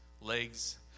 legs